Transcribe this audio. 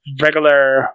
regular